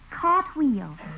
Cartwheel